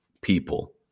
people